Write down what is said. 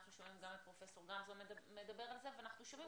אנחנו גם שומעים את פרופ' גמזו מדבר על זה ואנחנו שומעים